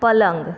પલંગ